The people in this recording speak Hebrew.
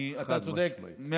חד-משמעית.